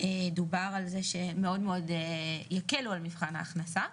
דובר על זה שמאוד מאוד יקלו על מבחן ההכנסה,